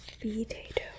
potato